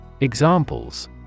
Examples